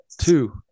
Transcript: two